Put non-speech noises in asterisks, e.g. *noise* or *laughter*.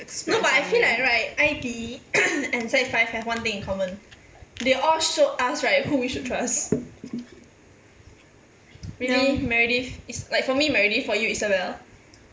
no but I feel like right I_T_E *coughs* and sec five have one thing in common they all showed us right whom we should trust really meredith is like for me my ready for you isabel